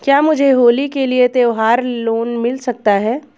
क्या मुझे होली के लिए त्यौहार लोंन मिल सकता है?